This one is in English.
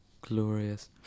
Glorious